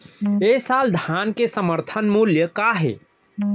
ए साल धान के समर्थन मूल्य का हे?